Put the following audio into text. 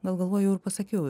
gal galvoju ir pasakiau